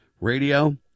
Radio